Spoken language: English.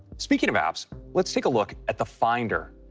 speaking of apps, let's take a look at the finder.